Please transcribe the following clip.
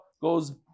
goes